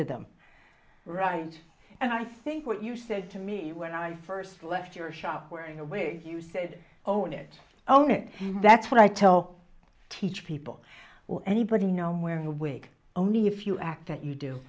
of them around and i think what you said to me when i first left your shop wearing a wig you said own it own it that's what i tell teach people or anybody know i'm wearing a wig only if you act that you do